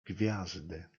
gwiazdy